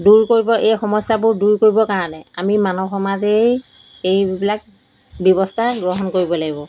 দূৰ কৰিব এই সমস্যাবোৰ দূৰ কৰিবৰ কাৰণে আমি মানৱ সমাজেই এইবিলাক ব্যৱস্থা গ্ৰহণ কৰিব লাগিব